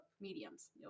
mediums